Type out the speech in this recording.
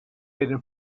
been